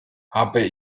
habe